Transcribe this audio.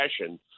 passion